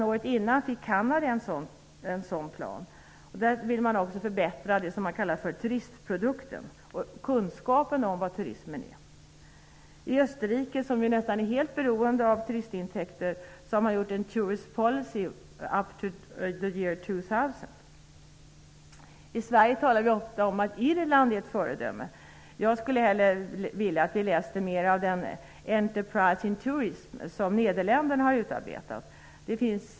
Året innan fick Kanada en sådan plan. Där vill man också förbättra det som man kallar turistprodukten och kunskapen om vad turism är. I Österrike, som ju nästan är helt beroende av turistintäkter har man gjort en ''Tourist Policy up to the year 2000''. I Sverige talar vi ofta om att Irland är ett föredöme. Jag skulle vilja att vi läste mer av ''Enterprise in tourism'' som Nederländerna har utarbetat.